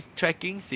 tracking